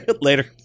later